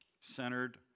centered